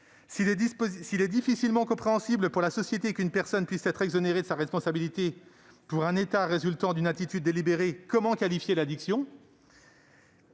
S'il est difficilement compréhensible pour la société qu'une personne puisse être exonérée de sa responsabilité pour un état résultant d'une attitude délibérée, comment qualifier l'addiction ?